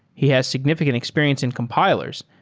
he has significant experience in compilers,